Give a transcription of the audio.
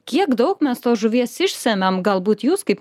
kiek daug mes tos žuvies išsemiam galbūt jūs kaip